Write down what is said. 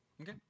Okay